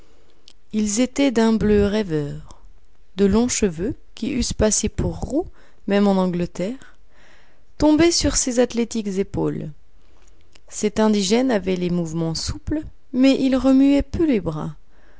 ils étaient d'un bleu rêveur de longs cheveux qui eussent passé pour roux même en angleterre tombaient sur ses athlétiques épaules cet indigène avait les mouvements souples mais il remuait peu les bras